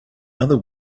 other